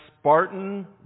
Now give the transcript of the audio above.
Spartan